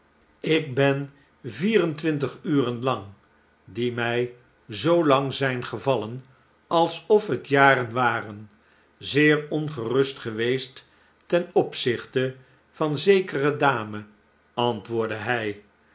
ik ben vier en twintig uren lang die mij zoo lang zijn gevallen alsof het jaren waren zeer ongerust geweest ten opzichte van zekere dame antwoordde hij